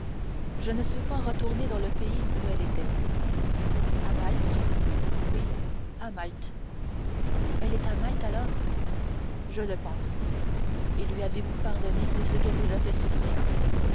je ne suis point retourné dans le pays où elle était à malte oui à malte elle est à malte alors je le pense et lui avez-vous pardonné ce qu'elle vous a fait souffrir